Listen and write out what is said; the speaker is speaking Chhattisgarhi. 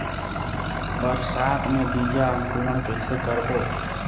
बरसात मे बीजा अंकुरण कइसे करबो?